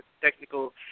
technical